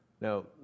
Now